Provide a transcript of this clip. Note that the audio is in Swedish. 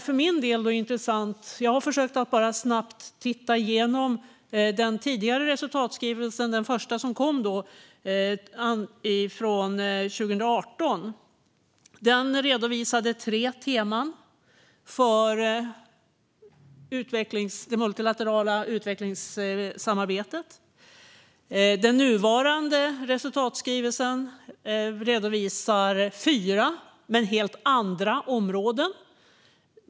För egen del har jag snabbt försökt titta igenom den tidigare resultatskrivelsen, den första, som kom 2018. Den redovisade tre teman för det multilaterala utvecklingssamarbetet. Den nuvarande resultatskrivelsen redovisar fyra - men helt andra - områden.